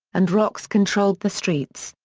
and rocks controlled the streets,